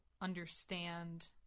understand